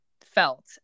felt